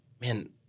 man